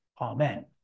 Amen